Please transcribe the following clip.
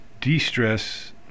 de-stress